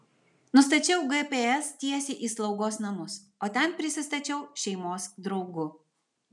nustačiau gps tiesiai į slaugos namus o ten prisistačiau šeimos draugu